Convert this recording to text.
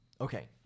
Okay